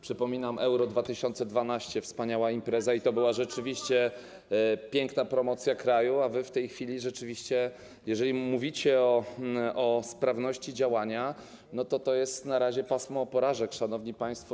Przypominam Euro 2012 - wspaniała impreza i to była rzeczywiście piękna promocja kraju, a wy w tej chwili rzeczywiście, jeżeli mówicie o sprawności działania, to to jest na razie pasmo porażek, szanowni państwo.